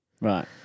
Right